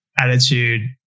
attitude